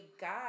God